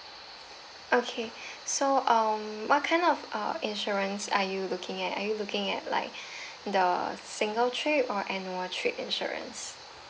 okay so um what kind of uh insurance are you looking at are you looking at like the single trip or annual trip insurance